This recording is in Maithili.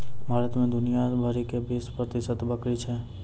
भारत मे दुनिया भरि के बीस प्रतिशत बकरी छै